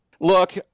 Look